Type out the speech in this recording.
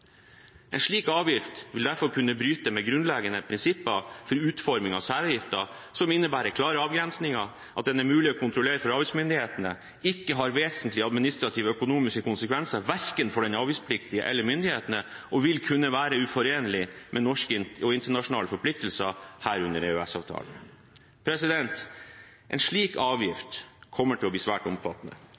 en ønsker avgift på. En slik avgift vil derfor kunne bryte med grunnleggende prinsipper for utforming av særavgifter – som innebærer klare avgrensinger, at den er mulig å kontrollere for avgiftsmyndighetene og ikke har vesentlige administrative og økonomiske konsekvenser verken for den avgiftspliktige eller for myndighetene – og vil kunne være uforenlig med norske og internasjonale forpliktelser, herunder EØS-avtalen. En slik avgift kommer til å bli svært omfattende